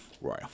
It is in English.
royal